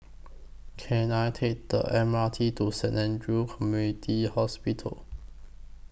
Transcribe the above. Can I Take The M R T to Saint Andrew's Community Hospital